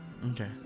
okay